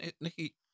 Nikki